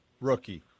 rookie